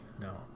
no